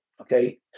Okay